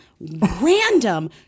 random